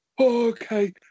Okay